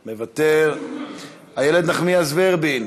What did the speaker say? מוותר, איילת נחמיאס ורבין,